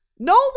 No